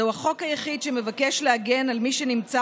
זהו החוק היחיד שמבקש להגן על מי שנמצא